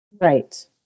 Right